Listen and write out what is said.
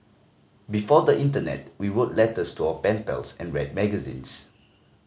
before the internet we wrote letters to our pen pals and read magazines